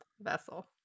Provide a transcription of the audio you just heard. vessel